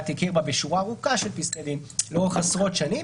הכיר בה בשורה ארוכה של פסקי דין לאורך עשרות שנים,